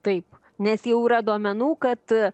taip nes jau yra duomenų kad